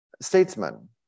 statesman